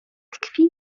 tkwi